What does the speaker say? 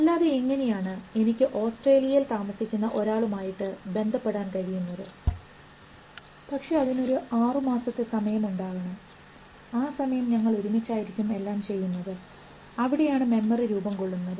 അല്ലാതെ എങ്ങനെയാണ് എനിക്ക് ഓസ്ട്രേലിയയിൽ താമസിക്കുന്ന ഒരാളും ആയിട്ട് ബന്ധപ്പെടാൻ കഴിയുന്നത് പക്ഷേ അതിനൊരു ആറുമാസത്തെ സമയം ഉണ്ടാവണം ആ സമയം ഞങ്ങൾ ഒരുമിച്ചായിരിക്കും എല്ലാം ചെയ്യുന്നത് അവിടെയാണ് മെമ്മറി രൂപംകൊള്ളുന്നത്